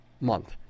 month